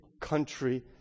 country